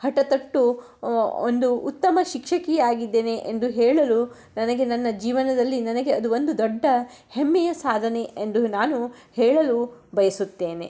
ಹಠ ತೊಟ್ಟು ಒಂದು ಉತ್ತಮ ಶಿಕ್ಷಕಿಯಾಗಿದ್ದೇನೆ ಎಂದು ಹೇಳಲು ನನಗೆ ನನ್ನ ಜೀವನದಲ್ಲಿ ನನಗೆ ಅದು ಒಂದು ದೊಡ್ಡ ಹೆಮ್ಮೆಯ ಸಾಧನೆ ಎಂದು ನಾನು ಹೇಳಲು ಬಯಸುತ್ತೇನೆ